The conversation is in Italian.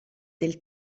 del